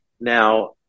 Now